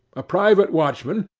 a private watchman,